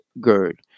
GERD